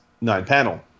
nine-panel